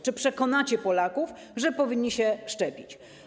Czy przekonacie Polaków, że powinni się szczepić?